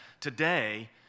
today